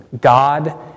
God